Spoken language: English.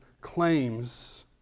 claims